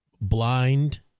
blind